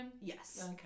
Yes